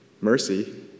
Mercy